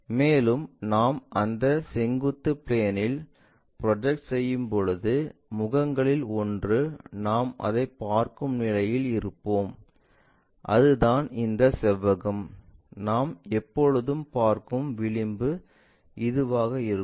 மேலும் நாம் அந்த செங்குத்து பிளேன்இல் ப்ரொஜெக்ட் செய்யும்பொழுது முகங்களில் ஒன்று நாம் அதைப் பார்க்கும் நிலையில் இருப்போம் அதுதான் இந்த செவ்வகம் நாம் எப்போதும் பார்க்கும் விளிம்பு இதுவாக இருக்கும்